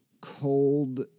cold